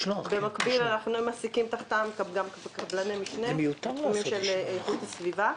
במקביל אנחנו מעסיקים תחתם גם קבלני משנה בתחומים של איכות הסביבה.